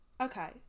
Okay